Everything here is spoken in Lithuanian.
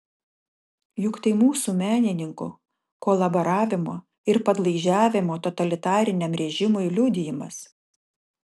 juk tai mūsų menininkų kolaboravimo ir padlaižiavimo totalitariniam režimui liudijimas